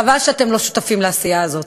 חבל שאתם לא שותפים לעשייה הזאת,